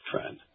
trend